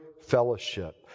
fellowship